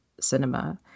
cinema